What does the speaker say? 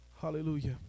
Hallelujah